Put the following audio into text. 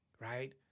right